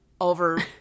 over